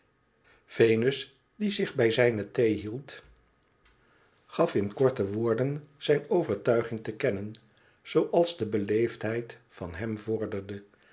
venus die zich bij zijne gaf in korte woorden zijne overtuiging te kennen zooals de beleefdheid van hem vorderde